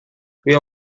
wir